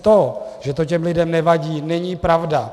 To, že to těm lidem nevadí, není pravda.